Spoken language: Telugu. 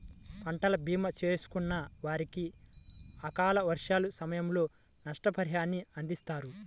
పంటల భీమా చేసుకున్న వారికి అకాల వర్షాల సమయంలో నష్టపరిహారాన్ని అందిస్తారు